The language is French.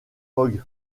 fogg